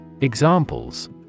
Examples